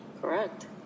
Correct